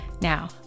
Now